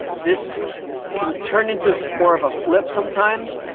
this can turn into more of a flip sometimes,